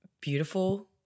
beautiful